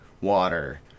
water